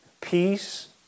peace